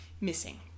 missing